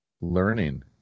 Learning